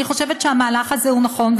אני חושבת שהמהלך הזה הוא נכון,